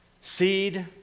Seed